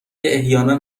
احیانا